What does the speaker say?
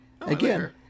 Again